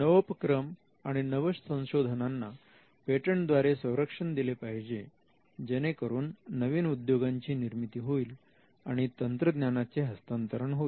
नवोपक्रम आणि नवसंशोधनांना पेटंट द्वारे संरक्षण दिले पाहिजे जेणेकरून नवीन उद्योगांची निर्मिती होईल आणि तंत्रज्ञानाचे हस्तांतरण होईल